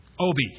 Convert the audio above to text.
Obi